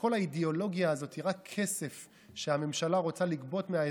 שכל האידיאולוגיה הזאת היא רק כסף שהממשלה רוצה לגבות מהאזרחים,